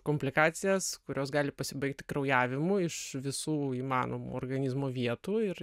komplikacijas kurios gali pasibaigti kraujavimu iš visų įmanomų organizmo vietų ir